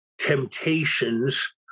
temptations